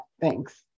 Thanks